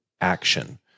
action